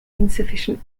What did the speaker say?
insufficient